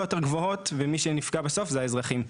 יותר גבוהות ומי שנפגע בסוף אלו האזרחים.